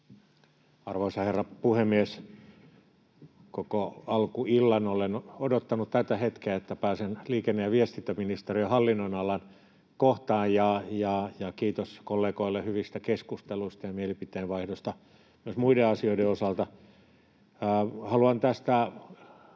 Arvoisa herra puhemies! Koko alkuillan olen odottanut tätä hetkeä, että pääsen liikenne‑ ja viestintäministeriön hallinnonalan kohtaan. Kiitos kollegoille hyvistä keskusteluista ja mielipiteenvaihdosta myös muiden asioiden osalta. Haluan näistä